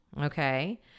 okay